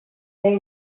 they